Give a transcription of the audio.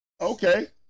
Okay